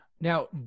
Now